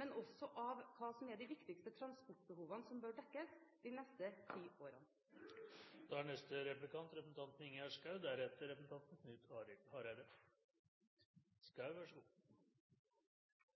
men også av hva som er de viktigste transportbehovene som bør dekkes de neste ti årene.